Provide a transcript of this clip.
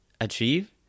achieve